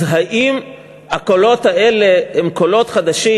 אז האם הקולות האלה הם קולות חדשים,